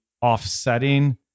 offsetting